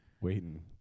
waiting